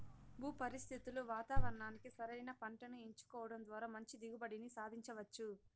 భూ పరిస్థితులు వాతావరణానికి సరైన పంటను ఎంచుకోవడం ద్వారా మంచి దిగుబడిని సాధించవచ్చు